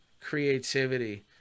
creativity